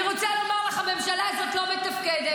אני רוצה לומר לך שהממשלה הזאת לא מתפקדת.